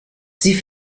sie